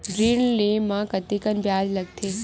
ऋण ले म कतेकन ब्याज लगथे?